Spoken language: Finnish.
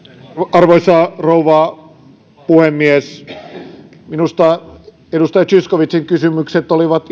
arvoisa rouva puhemies minusta edustaja zyskowiczin kysymykset olivat